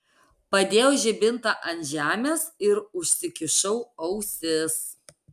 padėjau žibintą ant žemės ir užsikišau ausis